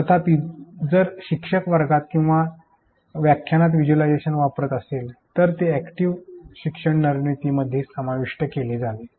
तथापि जर शिक्षक वर्गात किंवा व्याख्यानात व्हिज्युअलायझेशन वापरत असेल तर ते अॅक्टिव शिक्षण रणनीती मध्ये समाविष्ट केले जावे